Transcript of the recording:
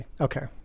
Okay